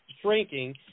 shrinking